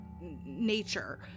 nature